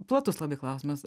platus labai klausimas